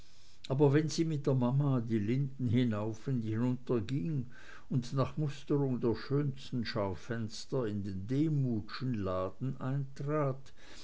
aber wenn sie mit der mama die linden hinauf und hinunterging und nach musterung der schönsten schaufenster in den demuthschen laden eintrat